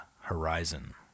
horizon